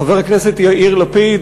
חבר הכנסת יאיר לפיד,